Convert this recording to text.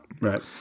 Right